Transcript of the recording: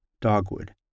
dogwood